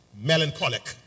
Melancholic